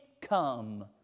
come